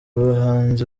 bahanzi